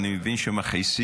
אני מבין שמכעיסים,